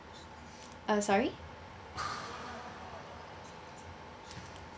uh sorry